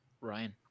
Ryan